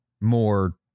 more